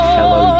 Hello